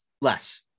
Less